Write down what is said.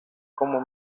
como